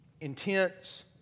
intense